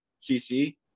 CC